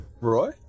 Roy